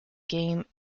game